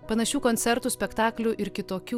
panašių koncertų spektaklių ir kitokių